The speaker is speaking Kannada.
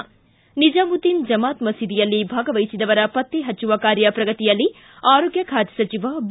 ಿ ನಿಜಾಮುದ್ದೀನ್ ಜಮಾತ್ ಮಸೀದಿಯಲ್ಲಿ ಭಾಗವಹಿಸಿದವರ ಪತ್ತೆ ಪಚ್ಚುವ ಕಾರ್ಯ ಪ್ರಗತಿಯಲ್ಲಿ ಆರೋಗ್ಗ ಖಾತೆ ಸಚಿವ ಬಿ